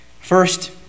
First